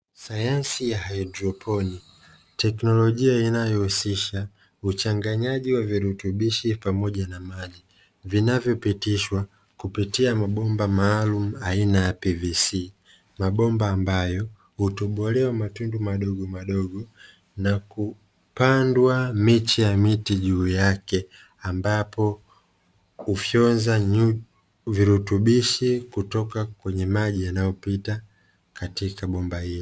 Sayansi ya haidroponi, teknolojia inayohusisha uchanganyaji wa virutubishi pamoja na maji vinavyopitishwa kupitia mabomba maalumu aina ya "PVC", mabomba ambayo hutobolewa matundu madogomadogo na kupandwa miche ya miti juu yake, ambapo kufyonza virutubishi kutoka kwenye maji yanayopita katika bomba hiyo.